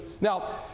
Now